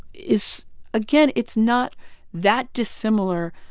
is again, it's not that dissimilar